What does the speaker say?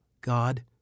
God